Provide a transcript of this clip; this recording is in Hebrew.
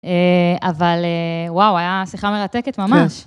אבל וואו, היה שיחה מרתקת ממש.